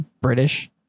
British